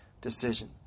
decision